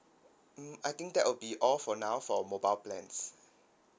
mm I think that will be all for now for mobile plans